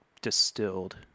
distilled